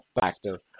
factors